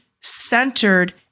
centered